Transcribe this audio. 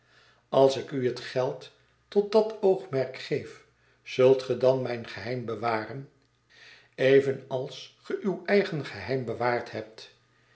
als ik u het geld tot dat oogmerk geef zult ge dan mijn gejheim bewaren evenals ge uw eigen geheim bewaard hebt